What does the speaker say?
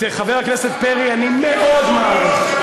את חבר הכנסת פרי אני מאוד מעריך.